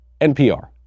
NPR